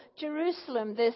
Jerusalem